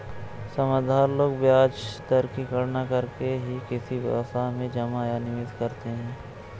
समझदार लोग ब्याज दर की गणना करके ही किसी व्यवसाय में जमा या निवेश करते हैं